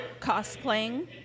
cosplaying